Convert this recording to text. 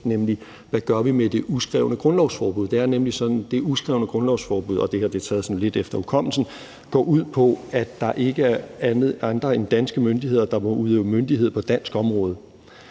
nemlig hvad vi gør med det uskrevne grundlovsforbud. Det er nemlig sådan, at det uskrevne grundlovsforbud – og det her er taget sådan lidt efter hukommelsen – går ud på, at der ikke er andre end danske myndigheder, der må udøve myndighed på dansk område.